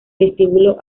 vestíbulo